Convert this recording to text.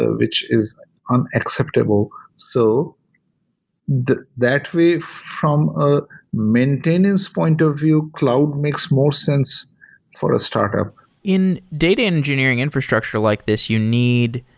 ah which is unacceptable. so that way, from a maintenance point of view, cloud makes more sense for a startup in data engineering infrastructure like this, you need